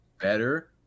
better